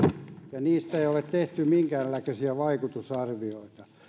ja niistä ei ole tehty minkäännäköisiä vaikutusarvioita